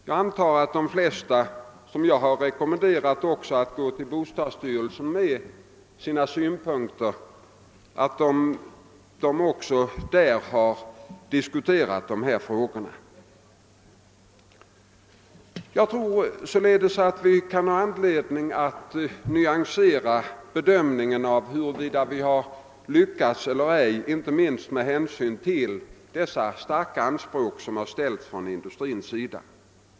Jag antar att de flesta som jag har rekommenderat att gå till bostadsstyrelsen med sina synpunkter där också har fått dessa frågor diskuterade. Jag tror således att vi kan ha anledning att nyansera bedömningen av huruvida vi har lyckats eller ej, inte minst med hänsyn till dessa starka anspråk som har ställts från industrins sida.